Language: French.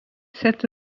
cette